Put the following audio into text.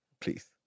please